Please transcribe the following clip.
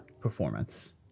performance